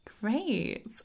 great